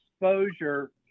exposure